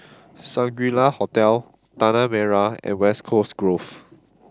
Shangri La Hotel Tanah Merah and West Coast Grove